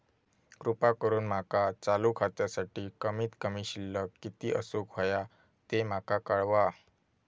कृपा करून माका चालू खात्यासाठी कमित कमी शिल्लक किती असूक होया ते माका कळवा